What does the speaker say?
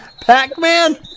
Pac-Man